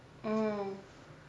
mm